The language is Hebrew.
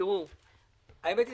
שהאמת היא,